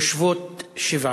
יושבות שבעה,